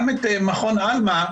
גם את מכון 'עלמה'